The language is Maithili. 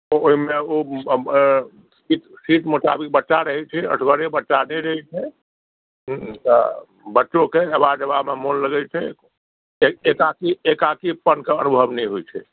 ओहि मे ओ सीट मोताबिक बच्चा रहै छै असगरे बच्चा नहि रहै छै बच्चो के एबा जेबा मे मोन लागै छै एकाकीपन के अनुभव नहि होइ छै